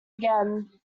again